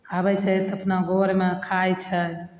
आबय छै तऽ अपना घरमे खाइ छै